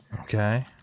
okay